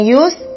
use